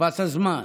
שפת הזמן,